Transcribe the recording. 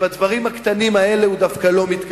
ובדברים הקטנים האלה הוא דווקא לא מתקפל.